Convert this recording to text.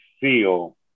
feel